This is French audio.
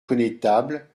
connétable